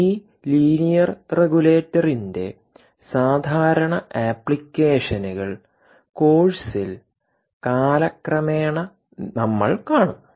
ഈ ലീനിയർ റെഗുലേറ്ററിന്റെ സാധാരണ ആപ്ലിക്കേഷനുകൾ കോഴ്സിൽ കാലക്രമേണ നമ്മൾ കാണും